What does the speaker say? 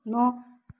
नौ